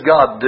God